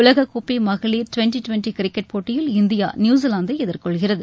உலகக்கோப்பை மகளிர் twenty twenty cricket போட்டியில் இந்தியா நியூசிவாந்தை எதிர்கொள்கிறது